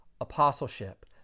apostleship